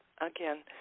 again